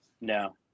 no